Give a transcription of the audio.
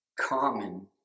common